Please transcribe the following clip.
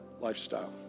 lifestyle